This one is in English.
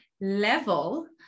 level